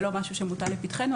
זה לא משהו שמוטל לפתחינו,